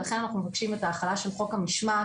ולכן אנחנו מבקשים את ההחלה של חוק המשמעת